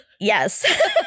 yes